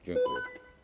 Dziękuję.